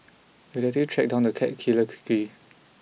the detective tracked down the cat killer quickly